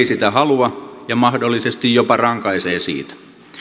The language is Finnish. sitä halua ja mahdollisesti jopa rankaisevat siitä